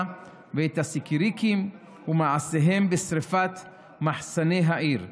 ואת הסיקריקים ומעשיהם בשרפת מחסני העיר,